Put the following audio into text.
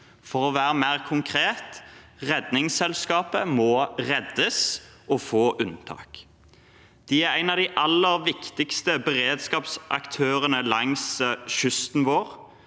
For å være mer konkret: Redningsselskapet må reddes og få unntak. De er en av de aller viktigste beredskapsaktørene langs kysten vår